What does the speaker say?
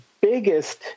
biggest